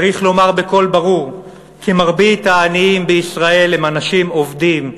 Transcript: צריך לומר בקול ברור כי מרבית העניים הם אנשים עובדים,